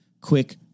quick